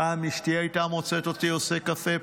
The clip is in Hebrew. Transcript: פעם אשתי הייתה מוצאת אותי עושה קפה,